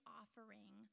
offering